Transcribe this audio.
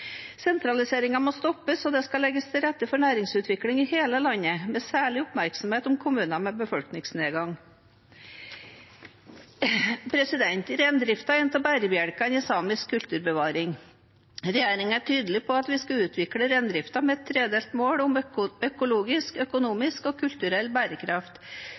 må stoppes, og det skal legges til rette for næringsutvikling i hele landet, med særlig oppmerksomhet på kommuner med befolkningsnedgang. Reindrifta er en av bærebjelkene i samisk kulturbevaring. Regjeringen er tydelig på at vi skal utvikle reindrifta med et tredelt mål om økologisk, økonomisk og kulturell bærekraft,